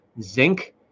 zinc